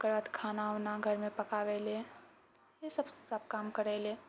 ओकरबाद खाना वाना घरमे पकावय लए यहि सब सब काम करे लए